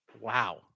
Wow